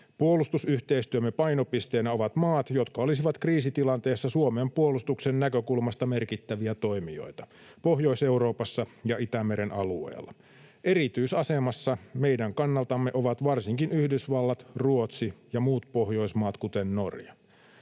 Puolustusyhteistyömme painopisteenä ovat maat, jotka olisivat kriisitilanteessa Suomen puolustuksen näkökulmasta merkittäviä toimijoita Pohjois-Euroopassa ja Itämeren alueella. Erityisasemassa meidän kannaltamme ovat varsinkin Yhdysvallat, Ruotsi ja muut Pohjoismaat, kuten Norja.